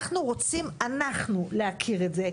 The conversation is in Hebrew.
אנחנו רוצים אנחנו להכיר את זה,